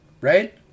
right